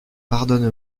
pardonne